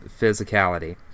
physicality